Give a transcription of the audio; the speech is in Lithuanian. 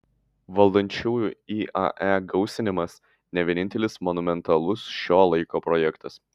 valdančiųjų iae gausinimas ne vienintelis monumentalus šio laiko projektas